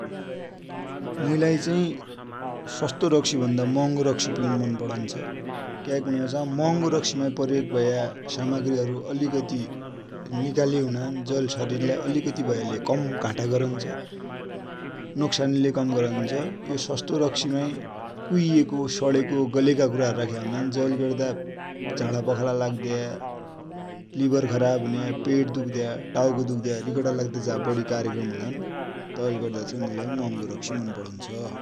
मुइलाइ चाइ सस्तो रक्सि भन्दा महङो रक्सि पिउनु मन परन्छ क्या कि भने पछा महङो रक्सि मा प्रयोग भया समाग्रि हरु अलिकति निका ले हुनान, जै ले शरिर लै अलिकति भया ले कम घाटा नोक्सानि ले कम गरन्छ । यो सस्तो रक्सि मा कुइएको, सडेको, गलेको कुरा हरु राख्या हुनान जै ले गर्दा झादापखाला लाग्द्या, लिभर खराब हुने, पेट दुख्द्या, टाउको दुख्द्या, रिङटा लाग्द्या जसा बडी कार्यक्रम हुनान तबै मुइलाइ महँगो रक्सि मन परन्छ ।